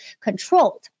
controlled